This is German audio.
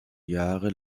jahre